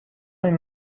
این